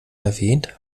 erwähnt